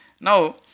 now